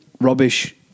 rubbish